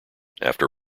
after